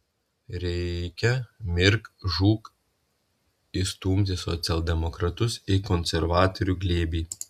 reikia mirk žūk įstumti socialdemokratus į konservatorių glėbį